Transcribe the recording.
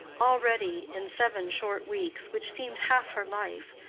already, in seven short weeks, which seemed half her life,